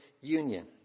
union